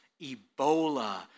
Ebola